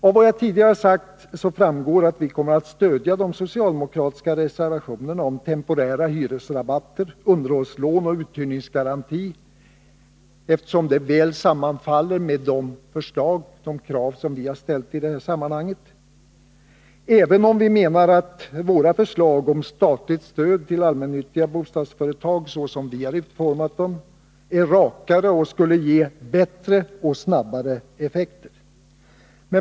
Av vad jag tidigare sagt framgår att vi kommer att stödja de socialdemokratiska reservationerna om temporära hyresrabatter, underhållslån och uthyrningsgaranti, eftersom de väl sammanfaller med de krav som vi har ställt i det här sammanhanget — även om vi menar att våra förslag om statligt stöd till allmännyttiga bostadsföretag är rakare och skulle ge bättre och snabbare effekter.